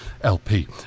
LP